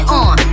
on